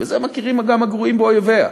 בזה מכירים גם הגרועים באויביה,